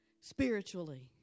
spiritually